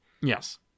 Yes